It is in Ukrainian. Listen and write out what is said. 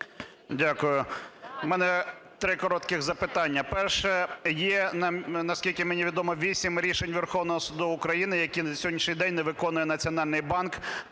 Дякую. У мене три коротких запитання. Перше. Є, наскільки мені відомо, 8 рішень Верховного Суду України, які на сьогоднішній день не виконує Національний банк